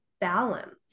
balance